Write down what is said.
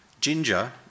Ginger